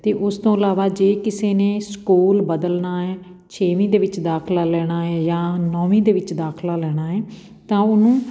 ਅਤੇ ਉਸ ਤੋਂ ਇਲਾਵਾ ਜੇ ਕਿਸੇ ਨੇ ਸਕੂਲ ਬਦਲਣਾ ਹੈ ਛੇਵੀਂ ਦੇ ਵਿੱਚ ਦਾਖਲਾ ਲੈਣਾ ਹੈ ਜਾਂ ਨੌਵੀਂ ਦੇ ਵਿੱਚ ਦਾਖਲਾ ਲੈਣਾ ਹੈ ਤਾਂ ਉਹਨੂੰ